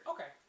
Okay